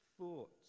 thoughts